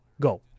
go